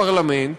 הפרלמנט,